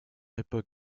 époque